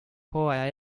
hooaja